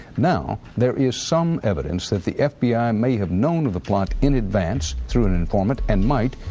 now, there is some evidence that the fbi may have known the plot in advance through an informant and might,